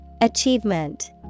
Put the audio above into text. Achievement